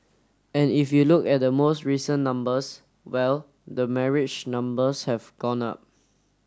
and if you look at the most recent numbers well the marriage numbers have gone up